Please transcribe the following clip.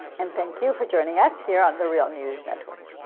and thank you for joining us here on the real news network.